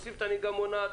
הוסיף את הנהיגה המונעת.